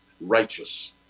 righteous